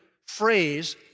phrase